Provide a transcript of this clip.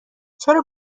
چرا